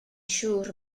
siŵr